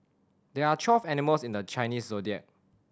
there are twelve animals in the Chinese Zodiac